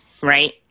Right